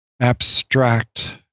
abstract